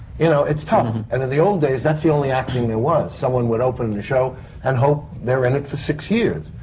you know, it's tough. and in the old days, that's the only action there was. someone would open in a show and hope they're in it for six years.